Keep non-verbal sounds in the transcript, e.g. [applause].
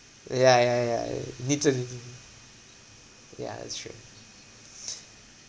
ya ya ya uh literally ya it's true [noise]